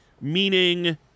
Meaning